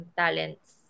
talents